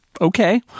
okay